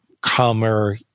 calmer